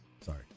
Sorry